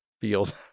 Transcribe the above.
field